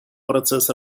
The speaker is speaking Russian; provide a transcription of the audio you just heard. процесс